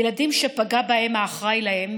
ילדים שפגע בהם האחראי להם,